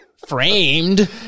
Framed